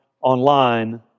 online